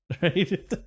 right